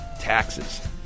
taxes